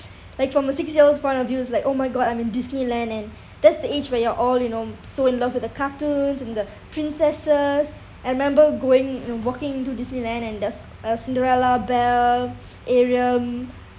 like from a six year's point of view it's like oh my god I'm in Disneyland and that's the age when you're old you know so in love with the cartoons and the princesses I remember going and working into Disneyland and there's uh cinderella belle ariel